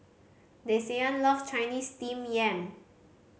Desean love Chinese Steamed Yam